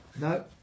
No